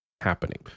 happening